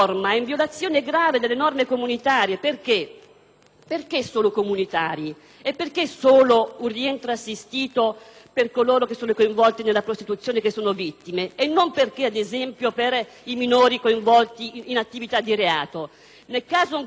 perché solo i minori comunitari? E perché solo un rientro assistito per coloro che sono coinvolti nella prostituzione e che sono vittime e non, ad esempio, per i minori coinvolti in attività di reato? Nel caso in cui non ci siano gravi violazioni dell'ordine pubblico,